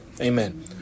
Amen